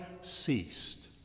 ceased